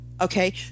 Okay